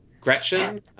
Gretchen